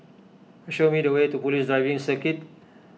show me the way to Police Driving Circuit